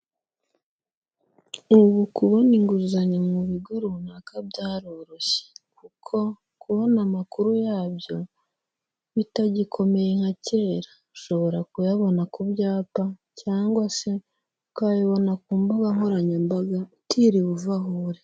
Ubu kubona inguzanyo mu bigo runaka byaroroshye kuko kubona amakuru yabyo bitagikomeye nka kera, ushobora kuyabona ku byapa cyangwa se ukayabona ku mbuga nkoranyambaga utiriwe uva aho uri.